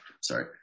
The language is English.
sorry